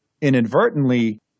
inadvertently